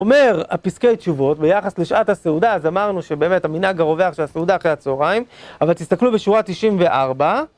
אומר הפסקי תשובות ביחס לשעת הסעודה, אז אמרנו שבאמת המנהג הרווח של הסעודה אחרי הצהריים, אבל תסתכלו בשורה 94.